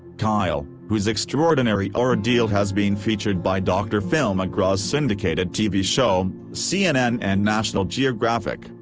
kyle, whose extraordinary ordeal has been featured by dr. phil mcgraw's syndicated tv show, cnn and national geographic,